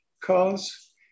cause